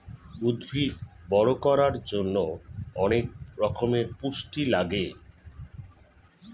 উদ্ভিদ বড় করার জন্যে অনেক রকমের পুষ্টি লাগে